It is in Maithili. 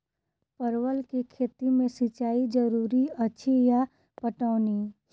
परवल केँ खेती मे सिंचाई जरूरी अछि या पटौनी?